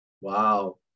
wow